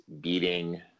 beating